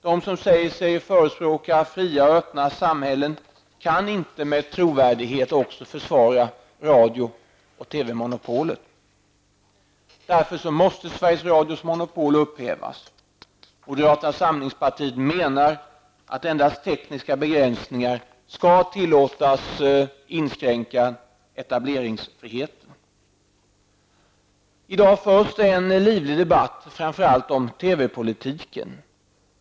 De som säger sig förespråka fria och öppna samhällen kan inte med trovärdighet också försvara radio och TV-monopolet. Därför måste Sveriges Radios monopol upphävas. Moderata samlingspartiet menar att endast tekniska begränsningar skall tillåtas inskränka etableringsfriheten. I dag förs en livlig debatt om framför allt TV politiken.